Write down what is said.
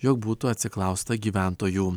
jog būtų atsiklausta gyventojų